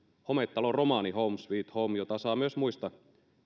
hometaloromaani home sweet home jota saa myös muista